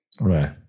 Right